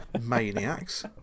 Maniacs